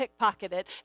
pickpocketed